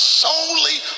solely